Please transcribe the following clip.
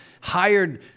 hired